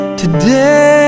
today